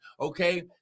okay